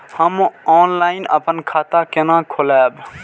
हम ऑनलाइन अपन खाता केना खोलाब?